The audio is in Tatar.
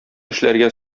эшләргә